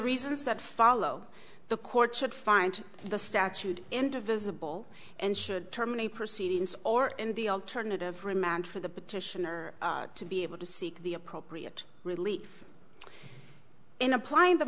reasons that follow the court should find the statute in the visible and should terminate proceedings or in the alternative remand for the petitioner to be able to seek the appropriate relief in applying the